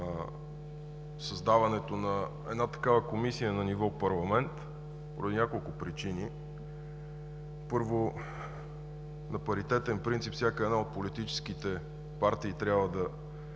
създаването на една такава комисия на ниво парламент поради няколко причини. Първо, на паритетен принцип всяка една от политическите партии трябва да